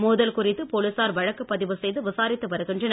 மோதல் குறித்து போலீசார் வழக்கு பதிவு செய்து விசாரித்து வருகின்றனர்